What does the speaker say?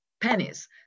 pennies